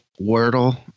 Wordle